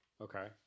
Okay